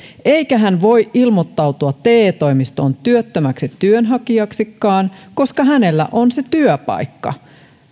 eikä hän voi ilmoittautua te toimistoon työttömäksi työnhakijaksikaan koska hänellä on se työpaikka